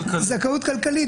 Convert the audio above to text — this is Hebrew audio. זכאות כלכלית,